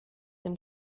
dem